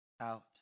out